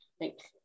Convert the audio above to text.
thanks